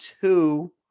two